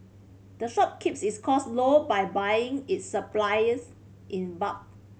the shop keeps its cost low by buying its supplies in bulk